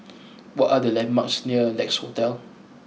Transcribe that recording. what are the landmarks near Lex Hotel